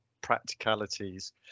practicalities